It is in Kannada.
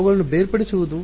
ಅವುಗಳನ್ನು ಬೇರ್ಪಡಿಸುವುದು